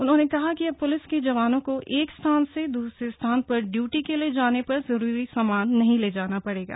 उन्होंने कहा कि अब प्लिस के जवानों को एक स्थान से दूसरे स्थान पर ड्यूटी के लिए जाने पर जरूरी सामान नहीं ले जाना पड़ेगा